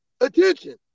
attention